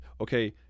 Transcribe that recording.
Okay